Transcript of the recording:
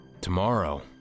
Tomorrow